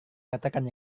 katakan